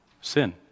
sin